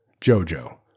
Jojo